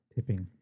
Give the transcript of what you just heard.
Tipping